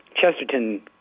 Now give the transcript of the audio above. Chesterton